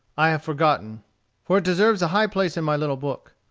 i have forgotten for it deserves a high place in my little book.